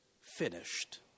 finished